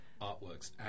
artworks